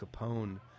Capone